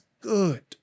good